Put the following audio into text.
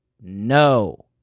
No